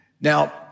Now